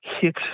hit